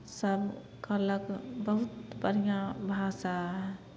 सभ कहलक बहुत बढ़िआँ भाषा हइ